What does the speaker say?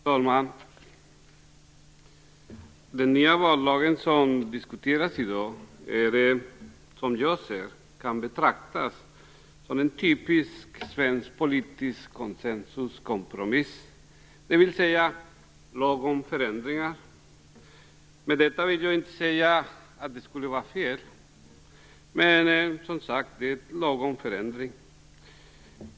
Fru talman! Den nya vallag som vi i dag diskuterar kan, som jag ser det, betraktas som en typisk svensk politisk konsensuskompromiss, dvs. lagom förändring. Med detta vill jag inte säga att det skulle vara fel, men som sagt lagom förändring.